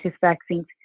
vaccines